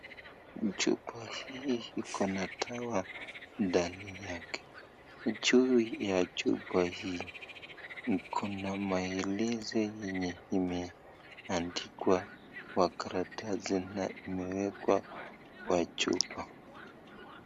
Chupa hii iko na dawa ndani yake, ju ya chupa hii kuna maelezo yenye imeandikwa kwa karatasi na imeekwa kwa chupa.